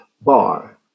bar